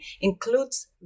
includes